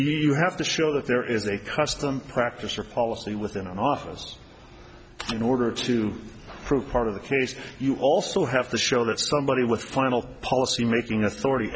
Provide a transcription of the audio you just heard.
you have to show that there is a custom practice or policy within an office in order to prove part of the case you also have to show that somebody with final policy making a